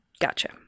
Gotcha